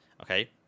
Okay